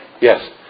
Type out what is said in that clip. Yes